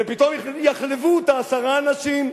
ופתאום יחלבו אותה עשרה אנשים.